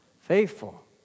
Faithful